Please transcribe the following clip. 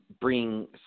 bring